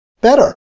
Better